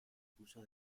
puso